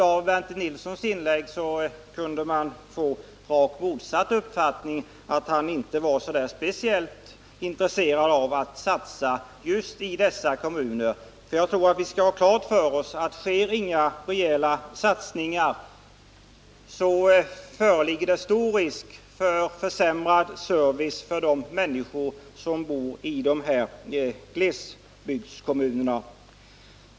Av Bernt Nilssons inlägg kunde man få rakt motsatt uppfattning, nämligen att han inte var speciellt intresserad att satsa något i dessa kommuner. Jag tror att vi skall ha klart för oss att om inga rejäla satsningar sker föreligger stor risk för försämrad service för de 'människor som bor i glesbygdskommunerna.